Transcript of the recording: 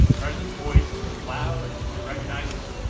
presidents voice was loud and recognizable.